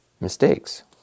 mistakes